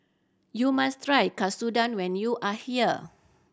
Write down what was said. you must try Katsudon when you are here